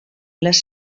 les